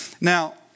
Now